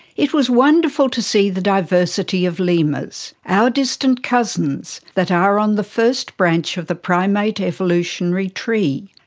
it was wonderful to see the diversity of lemurs, our distant cousins, that are on the first branch of the primate evolutionary tree.